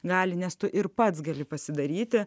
gali nes tu ir pats gali pasidaryti